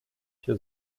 się